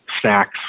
snacks